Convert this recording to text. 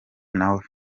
nawe